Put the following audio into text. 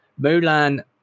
Mulan